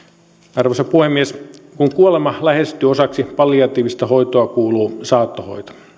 arvoisa puhemies kun kuolema lähestyy osaksi palliatiivista hoitoa kuuluu saattohoito